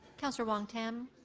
councillor wong-tam,